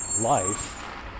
life